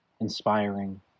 inspiring